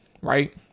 right